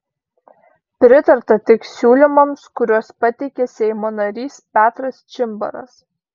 pritarta tik siūlymams kuriuos pateikė seimo narys petras čimbaras